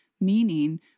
meaning